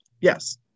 yes